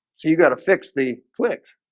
you got to fix the quick?